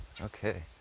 Okay